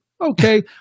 okay